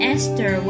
Esther